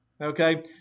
okay